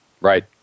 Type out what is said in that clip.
Right